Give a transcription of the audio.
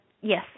yes